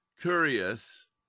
curious